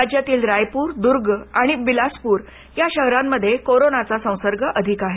राज्यातील रायपूर दुर्ग आणि बिलासपुर या शहरांमध्ये कोरोनाचा संसर्ग अधिक आहे